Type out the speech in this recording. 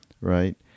right